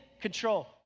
control